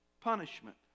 punishment